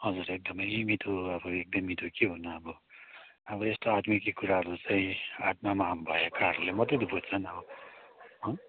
हजुर एकदमै मिठो अब एकदमै मिठो के भन्नु अब अब यस्तो आत्मिकी कुराहरू चाहिँ आत्मामा भएकाहरूले मात्रै त बुझ्छन् अब